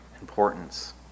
importance